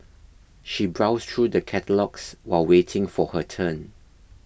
she browsed through the catalogues while waiting for her turn